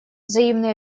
взаимные